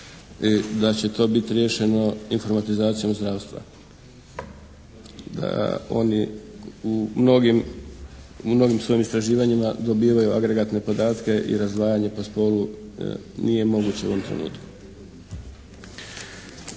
da će to bit riješeno informatizacijom zdravstva. Da oni u mnogim svojim istraživanjima dobivaju agregatne podatke i razdvajanje po spolu nije moguće u ovom trenutku.